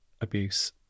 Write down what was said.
abuse